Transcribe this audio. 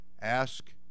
Ask